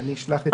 אני אשלח את זה.